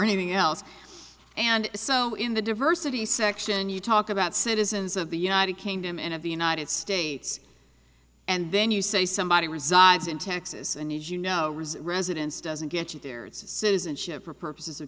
anything else and so in the diversity section you talk about citizens of the united kingdom and of the united states and then you say somebody resides in texas and you know residence doesn't get you there it's a citizenship for purposes of